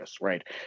Right